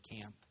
camp